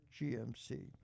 GMC